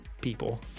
people